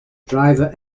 driver